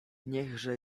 niechże